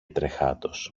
τρεχάτος